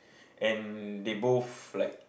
and they both like